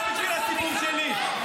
לא בשביל הציבור שלי,